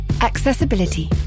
Accessibility